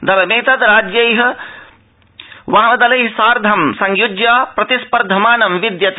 दलमेतद् राज्ये वामदल सार्ध संय्ज्य प्रतिस्पर्धमान विद्यते